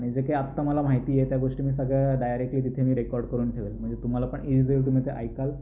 आणि जे काही आत्ता मला माहिती आहे त्या गोष्टी मी सगळ्या डायरेक्ट्ली तिथे मी रेकॉर्ड करून ठेवेल म्हणजे तुम्हाला पण ईजी जाईल तुम्ही ते ऐकाल